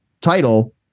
title